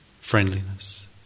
friendliness